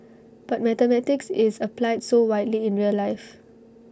but mathematics is applied so widely in real life